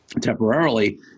temporarily